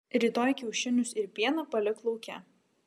rytoj kiaušinius ir pieną palik lauke